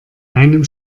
einem